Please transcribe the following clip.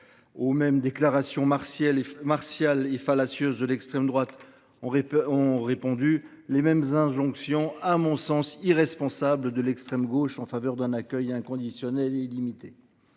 Aux mêmes déclarations martiales et fallacieuses de l’extrême droite ont répondu les mêmes injonctions irresponsables de l’extrême gauche en faveur d’un accueil inconditionnel et illimité.